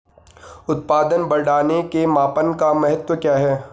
उत्पादन बढ़ाने के मापन का महत्व क्या है?